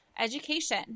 Education